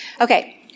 okay